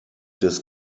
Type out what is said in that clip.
des